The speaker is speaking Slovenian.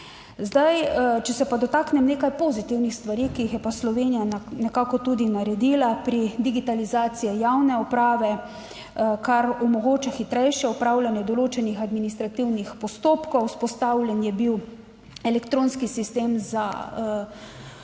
Zdaj, če se pa dotaknem nekaj pozitivnih stvari, ki jih je pa Slovenija nekako tudi naredila pri digitalizaciji javne uprave, kar omogoča hitrejše opravljanje določenih administrativnih postopkov. Vzpostavljen je bil elektronski sistem za